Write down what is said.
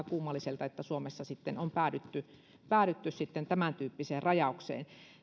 kummalliselta että suomessa sitten on päädytty päädytty tämäntyyppiseen rajaukseen